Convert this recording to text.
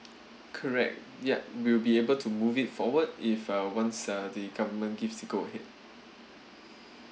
correct yup we will be able to move it forward if uh once uh the government gives the go ahead